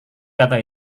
kata